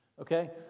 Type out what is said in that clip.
Okay